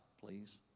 please